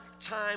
time